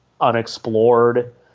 unexplored